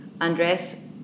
Andres